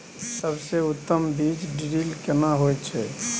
सबसे उत्तम बीज ड्रिल केना होए छै?